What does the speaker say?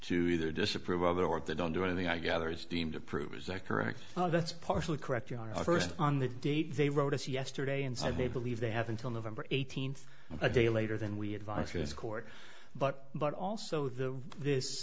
to either disapprove of it or they don't do anything i gather is deemed approved is that correct oh that's partially correct you are first on the date they wrote us yesterday and said they believe they have until november eighteenth a day later than we advice this court but but also the this